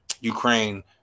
ukraine